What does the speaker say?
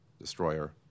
destroyer